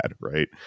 right